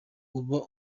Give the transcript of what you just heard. uba